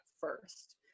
first